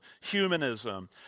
humanism